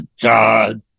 God